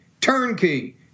turnkey